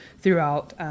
throughout